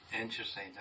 interesting